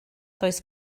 does